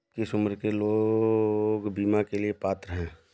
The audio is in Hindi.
किस उम्र के लोग बीमा के लिए पात्र हैं?